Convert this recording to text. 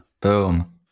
boom